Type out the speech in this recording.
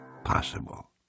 possible